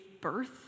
birth